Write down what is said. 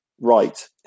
right